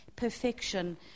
Perfection